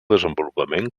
desenvolupament